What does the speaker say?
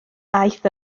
aeth